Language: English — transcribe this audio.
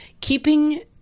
keeping